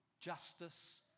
justice